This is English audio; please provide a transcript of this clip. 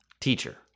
Teacher